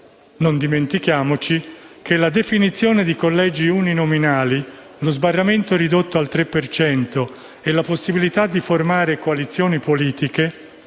Non dimentichiamoci che la definizione di collegi uninominali, lo sbarramento ridotto al 3 per cento e la possibilità di formare coalizioni politiche,